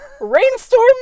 Rainstorm